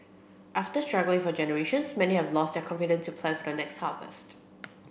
after struggling for generations many have lost their confidence to plan for the next harvest